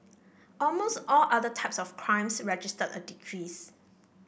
almost all other types of crimes registered a decrease